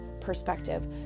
perspective